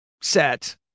set